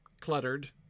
Cluttered